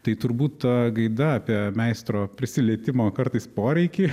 tai turbūt ta gaida apie meistro prisilietimo kartais poreikį